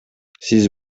сиз